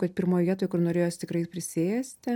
kad pirmoj vietoj kur norėjosi tikrai prisėsti